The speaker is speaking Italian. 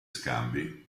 scambi